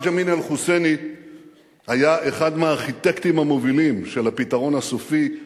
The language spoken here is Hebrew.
חאג' אמין אל-חוסייני היה אחד מהארכיטקטים המובילים של "הפתרון הסופי".